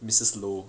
mrs loh